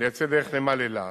לייצא דרך נמל אילת,